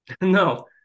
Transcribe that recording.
No